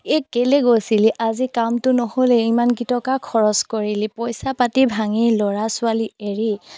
এই কেলৈ গৈছিলি আজি কামটো নহ'লে ইমানকেইটকা খৰচ কৰিলি পইচা পাতি ভাঙি ল'ৰা ছোৱালী এৰি